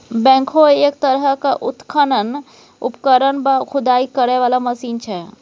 backhoe एक तरहक उत्खनन उपकरण वा खुदाई करय बला यंत्र छै